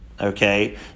okay